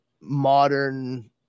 modern